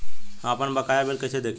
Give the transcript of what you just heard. हम आपनबकाया बिल कइसे देखि?